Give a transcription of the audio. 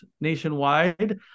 nationwide